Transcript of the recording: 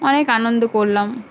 অনেক আনন্দ করলাম